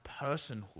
personhood